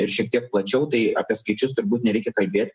ir šiek tiek plačiau tai apie skaičius turbūt nereikia kalbėt